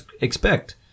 expect